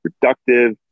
productive